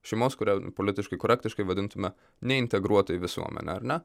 šeimos kuria politiškai korektiškai vadintumėme neintegruota į visuomenę ar ne